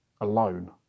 alone